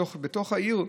בתוך העיר,